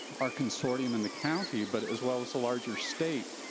our consortium and the county, but as well as the larger state,